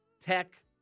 Tech